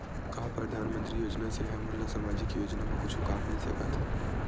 का परधानमंतरी योजना से हमन ला सामजिक योजना मा कुछु काम मिल सकत हे?